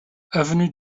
avenue